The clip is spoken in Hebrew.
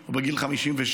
או בגיל 57,